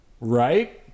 right